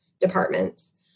departments